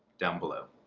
down below.